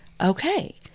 okay